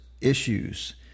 issues